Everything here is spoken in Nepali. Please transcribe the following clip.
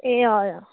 ए अँ